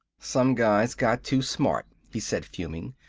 some guys got too smart, he said, fuming.